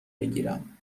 بگیرم